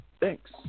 thanks